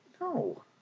No